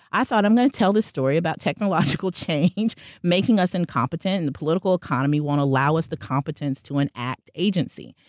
i thought i'm going to tell this story about technological change making us incompetent, and the political economy won't allow us the competence to and enact agency.